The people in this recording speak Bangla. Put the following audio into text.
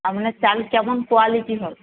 আপনার চাল কেমন কোয়ালিটি হবে